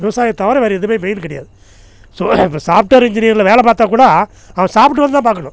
விவசாயம் தவிர வேறு எதுவுமே மெயினு கிடையாது இப்போ சாஃப்ட்வேர் இன்ஜினியரில் வேலை பார்த்தா கூட அவன் சாப்பிட்டு வந்து தான் பார்க்கணும்